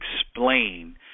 explain